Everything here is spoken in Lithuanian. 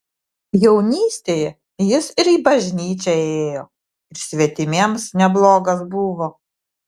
jaunystėje jis ir į bažnyčią ėjo ir svetimiems neblogas buvo